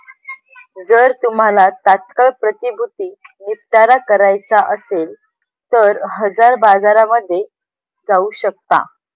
जर तुम्हाला तात्काळ प्रतिभूती निपटारा करायचा असेल तर हजर बाजारामध्ये जाऊ शकता